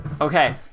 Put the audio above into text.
Okay